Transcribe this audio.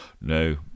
no